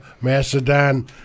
Macedon